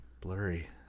Blurry